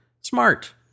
smart